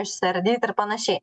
išsiardyt ir panašiai